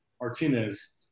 Martinez